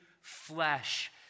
flesh